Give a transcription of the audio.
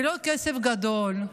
זה לא כסף גדול.